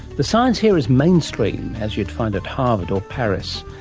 the science here is mainstream, as you'd find at harvard or paris.